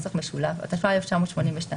התשמ"ב-1982,